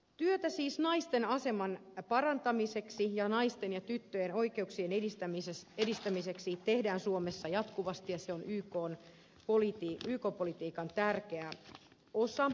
työtä siis naisten aseman parantamiseksi ja naisten ja tyttöjen oikeuksien edistämiseksi tehdään suomessa jatkuvasti ja se on yk politiikan tärkeä osa